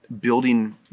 building